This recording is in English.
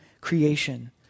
creation